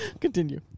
Continue